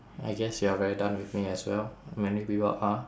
I guess you're very done with me as well many people are